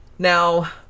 Now